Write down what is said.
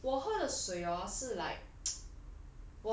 err 我喝的水 hor 是 like